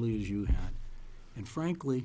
you and frankly